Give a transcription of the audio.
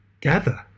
gather